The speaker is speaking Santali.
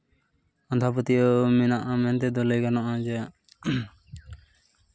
ᱟᱸᱫᱷᱟᱯᱟᱹᱛᱭᱟᱹᱣ ᱢᱮᱱᱟᱜᱼᱟ ᱢᱮᱱ ᱛᱮᱫᱚ ᱞᱟᱹᱭ ᱜᱟᱱᱚᱜᱼᱟ ᱡᱮ